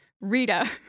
Rita